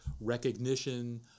Recognition